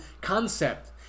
concept